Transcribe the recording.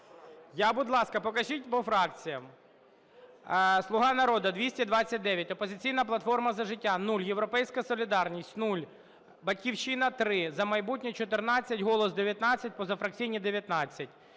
Будь ласка, покажіть, по фракціях. "Слуга народу" – 229, "Опозиційна платформа – За життя" – 0, "Європейська солідарність" – 0, "Батьківщина" – 3, "За майбутнє" – 14, "Голос" – 19, позафракційні – 19.